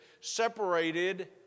separated